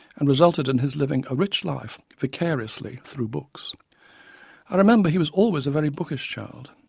and resulted in his living a rich life vicariously through books i remember he was always a very bookish child.